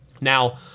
Now